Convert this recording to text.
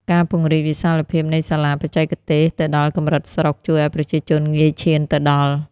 ការពង្រីកវិសាលភាពនៃសាលាបច្ចេកទេសទៅដល់កម្រិតស្រុក ជួយឱ្យប្រជាជនងាយឈានទៅដល់។